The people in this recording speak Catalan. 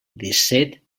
disset